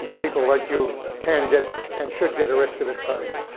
people like you can get and should get arrested at times.